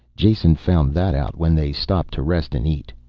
jason found that out when they stopped to rest and eat.